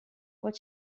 what